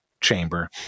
chamber